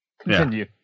continue